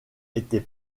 était